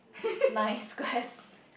nine squares